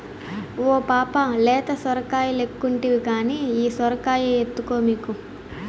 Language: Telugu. ఓ పాపా లేత సొరకాయలెక్కుంటివి కానీ ఈ సొరకాయ ఎత్తుకో మీకు